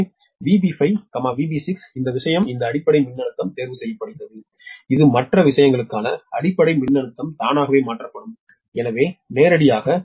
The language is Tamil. எனவே VB5 VB6 இந்த விஷயம் இந்த அடிப்படை மின்னழுத்தம் தேர்வு செய்யப்படுகிறது இது மற்ற விஷயங்களுக்கான அடிப்படை மின்னழுத்தம் தானாகவே மாற்றப்படும் எனவே நேரடியாக